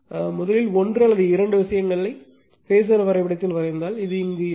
எனவே முதலில் ஒன்று அல்லது இரண்டு விஷயங்களை பேஸர் வரைபடத்தைப் பார்த்தால் இது இங்கு இல்லை